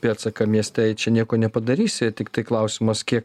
pėdsaką mieste ir čia nieko nepadarysi tiktai klausimas kiek